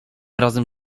razem